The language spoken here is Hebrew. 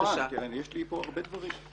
יש לי פה הרבה דברים.